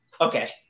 Okay